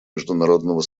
международного